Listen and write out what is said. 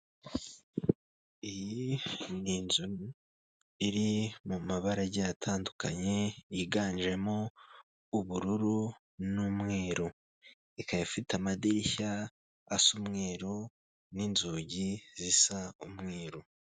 Iyi ni inzu iri mu mabara agiye atandukanye yiganjemo ubururu n'umweru, ikaba ifite amadirishya asa umweru n'inzugi zisa umweru.